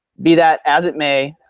be that as it may,